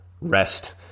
rest